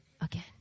again